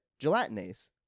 gelatinase